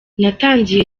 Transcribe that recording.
natangiye